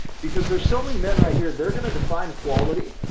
because there's so many men right here, they're going to define quality.